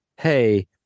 Hey